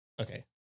Okay